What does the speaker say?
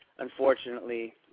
Unfortunately